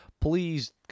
please